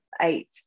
eight